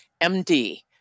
MD